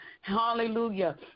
Hallelujah